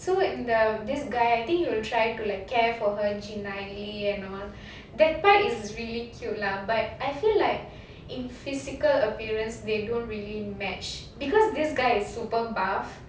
so in the this guy I think he will try to like care for her and all that part is really cute lah but I feel like in physical appearance they don't really match because this guy is super buff